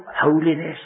Holiness